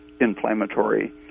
inflammatory